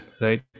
right